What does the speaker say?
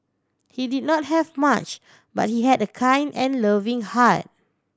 he did not have much but he had a kind and loving heart